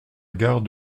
gare